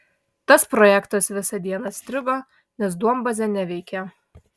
tas projektas visą dieną strigo nes duombazė neveikė